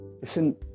listen